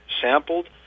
sampled